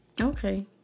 Okay